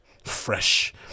Fresh